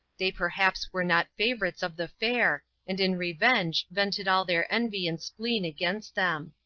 they perhaps were not favorites of the fair, and in revenge vented all their envy and spleen against them.